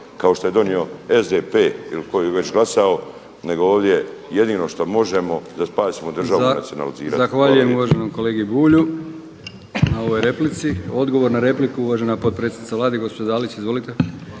kao što je donio SDP-e ili tko je već glasao, nego ovdje jedino što možemo da spasimo državu nacionalizirati. Hvala lijepo. **Brkić, Milijan (HDZ)** Zahvaljujem uvaženom kolegi Bulju na ovoj replici. Odgovor na repliku uvažena potpredsjednica Vlade gospođa Dalić. Izvolite.